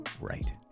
right